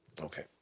Okay